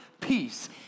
peace